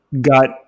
Got